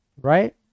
right